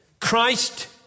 Christ